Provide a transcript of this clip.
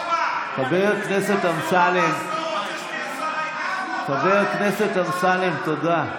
חבר הכנסת אמסלם, חבר הכנסת אמסלם, תודה.